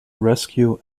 rescue